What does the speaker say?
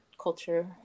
culture